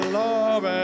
love